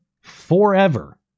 forever